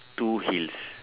two heels